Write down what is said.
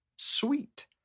sweet